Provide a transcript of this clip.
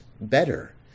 better